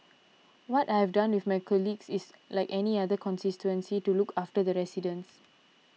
what I've done with my colleagues is like any other constituency to look after the residents